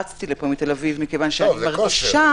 רצתי לפה מתל אביב מכיוון שאני מרגישה